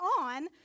on